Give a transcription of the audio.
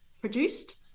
produced